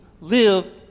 live